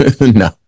no